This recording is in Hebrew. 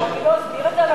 אני לא אסביר את זה,